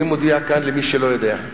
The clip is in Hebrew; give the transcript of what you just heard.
אדוני, אני מודיע כאן למי שלא יודע,